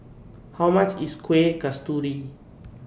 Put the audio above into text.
How much IS Kuih Kasturi